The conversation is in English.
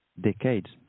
decades